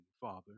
Father